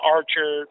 Archer